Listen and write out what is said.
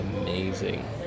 amazing